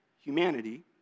humanity